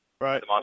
Right